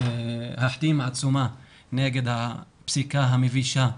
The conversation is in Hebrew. להחתים עצומה נגד הפסיקה המבישה,